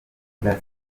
bwa